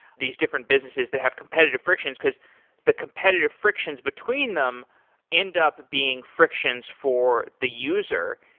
these different businesses that have competitive frictions, because the competitive frictions between them end up being frictions for the user.